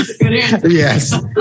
yes